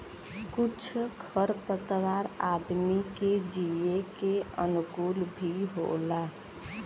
कुछ खर पतवार आदमी के जिये के अनुकूल भी होला